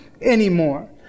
anymore